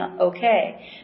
okay